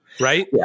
Right